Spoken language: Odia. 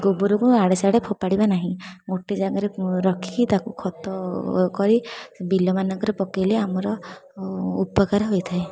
ଗୋବରକୁ ଇଆଡ଼େ ସିଆଡ଼େ ଫୋପାଡ଼ିବା ନାହିଁ ଗୋଟେ ଜାଗାରେ ରଖି ତାକୁ ଖତ କରି ବିଲମାନଙ୍କରେ ପକେଇଲେ ଆମର ଉପକାର ହୋଇଥାଏ